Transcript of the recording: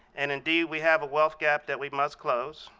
and indeed we have a wealth gap that we must close,